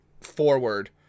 forward